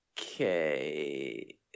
okay